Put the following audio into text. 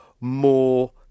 more